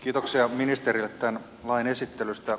kiitoksia ministerille tämän lain esittelystä